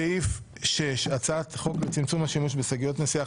סעיף 6: הצעת חוק לצמצום השימוש בשקיות נשיאה